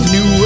New